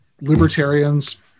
libertarians